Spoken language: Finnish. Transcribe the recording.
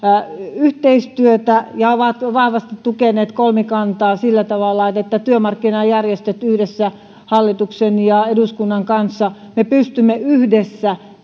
yhteistyötä ja ovat vahvasti tukeneet kolmikantaa sillä tavalla että että työmarkkinajärjestöt yhdessä hallituksen ja eduskunnan kanssa pystyvät me pystymme yhdessä